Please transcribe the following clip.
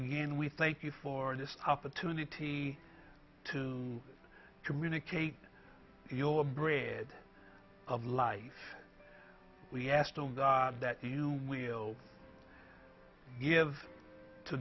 again we thank you for this opportunity to communicate your bread of life we asked that you will give to